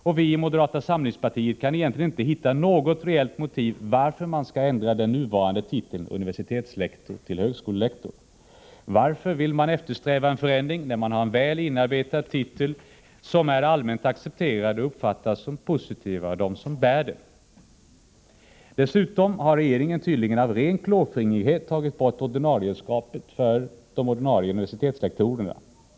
Och vi i moderata samlingspartiet kan egentligen inte hitta något reellt motiv varför man skall ändra den nuvarande titeln universitetslektor till högskolelektor. Varför vill man eftersträva en förändring när man har en väl inarbetad titel, som är allmänt accepterad och som uppfattas positivt av dem som bär den? Dessutom har regeringen — tydligen av ren klåfingrighet — tagit bort ordinarieskapet för de ordinarie universitetslektorerna.